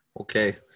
Okay